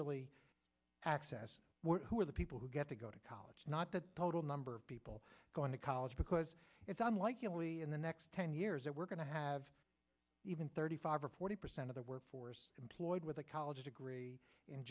really access who are the people who get to go to college not the total number of people going to college because it's unlikely in the next ten years that we're going to have even thirty five or forty percent of the workforce employed with a college degree in